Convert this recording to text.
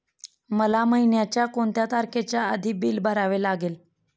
मला महिन्याचा कोणत्या तारखेच्या आधी बिल भरावे लागेल?